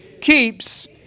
keeps